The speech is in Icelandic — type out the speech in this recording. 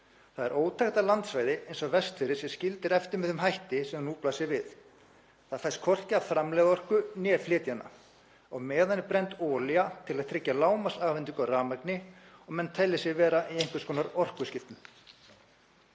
Það er ótækt að landsvæði eins og Vestfirðir sé skilið eftir með þeim hætti sem nú blasir við. Það fæst hvorki að framleiða orku né flytja hana. Á meðan er brennd olía til að tryggja lágmarksafhendingu á rafmagni, og menn telja sig vera í einhvers konar orkuskiptum.